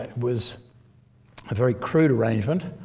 was a very crude arrangement